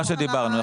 מה שדיברנו.